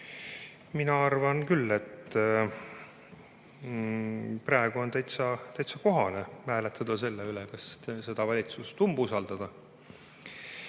Mina arvan küll, et praegu on täitsa kohane hääletada selle üle, kas seda valitsust umbusaldada.